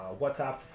WhatsApp